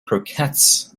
croquettes